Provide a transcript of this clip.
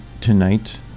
Tonight